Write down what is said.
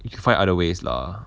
you can find other ways lah